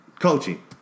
Coaching